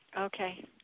Okay